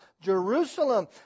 Jerusalem